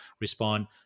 respond